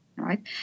Right